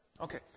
Okay